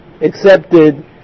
Accepted